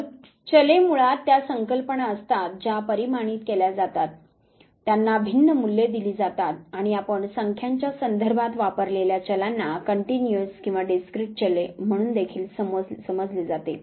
तर चले मुळात त्या संकल्पना असतात ज्या परिमाणीत केल्या जातात त्यांना भिन्न मूल्ये दिली जातात आणि आपण संख्यांच्या संदर्भात वापरलेल्या चलांना कंटिन्युअस किंवा डिसक्रीट चले म्हणून देखील समजले जाते